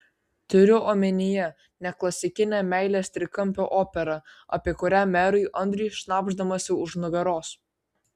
turiu omenyje ne klasikinę meilės trikampio operą apie kurią merui andriui šnabždamasi už nugaros